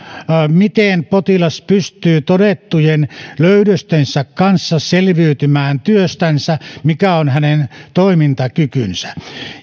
miten potilas pystyy todettujen löydöstensä kanssa selviytymään työstänsä mikä on hänen toimintakykynsä